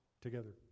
together